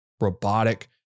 robotic